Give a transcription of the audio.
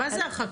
מה זה הרחקה?